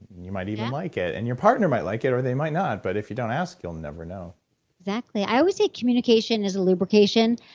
you might even like it. and your partner might like it, or they might not. but if you don't ask, you'll never know exactly. i always say communication is lubrication,